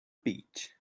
beach